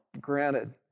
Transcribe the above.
granted